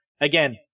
again